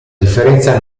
differenza